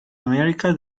america